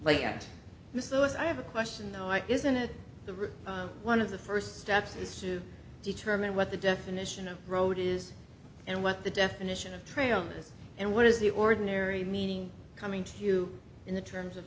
is i have a question though i isn't at the root one of the first steps is to determine what the definition of road is and what the definition of trail is and what is the ordinary meaning coming to you in the terms of